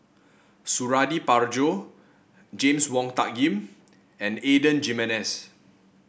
Suradi Parjo James Wong Tuck Yim and Adan Jimenez